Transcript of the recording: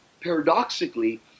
Paradoxically